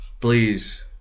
please